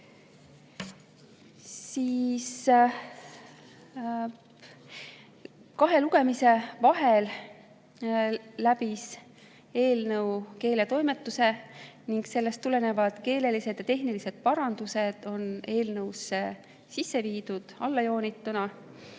Kahe lugemise vahel läbis eelnõu keeletoimetuse ning sellest tulenevad keelelised ja tehnilised parandused on eelnõusse sisse viidud allajoonituna.